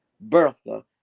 Bertha